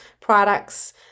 products